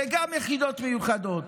זה גם יחידות מיוחדות.